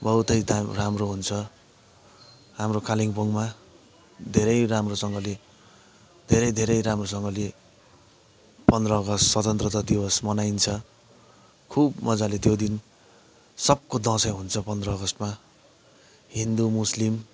बहुतै राम्रो हुन्छ हाम्रो कालिम्पोङ्गमा धेरै राम्रोसँगले धेरै धेरै राम्रोसँगले पन्ध्र अगस्त स्वतन्त्रता दिवस मनाइन्छ खुब मजाले त्यो दिन सबको दसैँ हुन्छ पन्ध्र अगस्तमा हिन्दु मुस्लिम